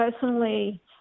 personally